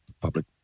public